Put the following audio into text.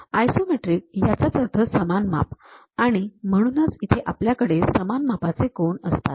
isometric याचाच अर्थ समान माप आणि म्हणूनच इथे आपल्याकडे समान मापाचे कोन असतात